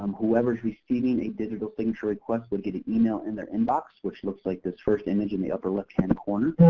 um whoever is receiving a digital signature request will get an e-mail in their inbox, which looks like this first image in the upper left-hand corner.